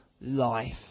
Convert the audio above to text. life